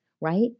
right